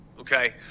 okay